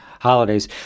holidays